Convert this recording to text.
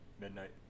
Midnight